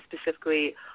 specifically